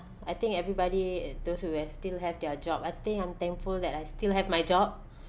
I think everybody and those who have still have their job I think I'm thankful that I still have my job